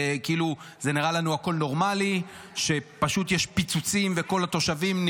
זה נראה לנו הכול נורמלי שפשוט יש פיצוצים וכל התושבים,